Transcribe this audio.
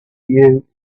you